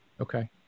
Okay